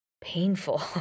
painful